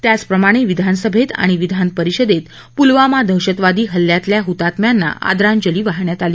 त्याचप्रमाणे विधानसभेत आणि विधानपरिषदेत पुलवामा दहशतवादी हल्ल्यातल्या हुतात्म्यांना आदरांजली वाहण्यात आली